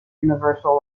universal